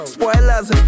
Spoilers